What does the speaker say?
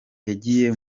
yagiye